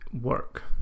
work